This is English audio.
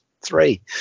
three